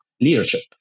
leadership